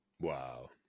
Wow